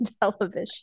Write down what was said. television